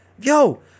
Yo